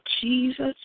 Jesus